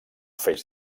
feix